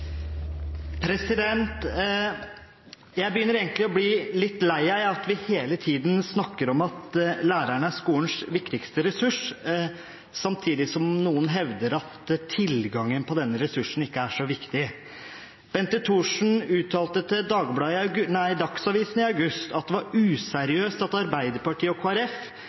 skolens viktigste ressurs, samtidig som noen hevder at tilgangen på denne ressursen ikke er så viktig. Bente Thorsen uttalte til Dagsavisen i august at det var useriøst at Arbeiderpartiet og